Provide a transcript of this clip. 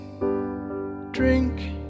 drink